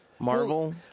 Marvel